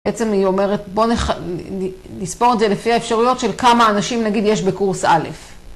בעצם היא אומרת, בוא נספור את זה לפי האפשרויות של כמה אנשים נגיד יש בקורס א'.